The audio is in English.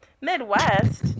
Midwest